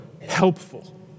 helpful